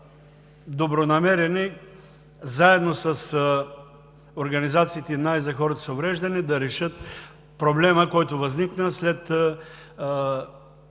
добронамерени, заедно с организациите на и за хората с увреждания, да решат проблема, който възникна след